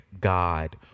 God